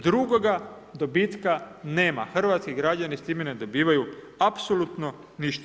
Drugoga dobitka nema, hrvatskih građani s time ne dobivaju apsolutno ništa.